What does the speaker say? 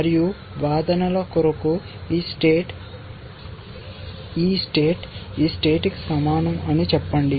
మరియు వాదనల కొరకు ఈ స్టేట్ ఈ స్టేట్ కి సమానం అని చెప్పండి